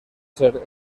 ser